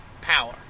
power